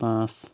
পাঁচ